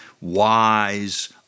wise